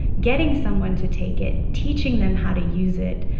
getting someone to take it, teaching them how to use it,